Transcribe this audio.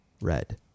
Red